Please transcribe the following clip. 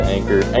Anchor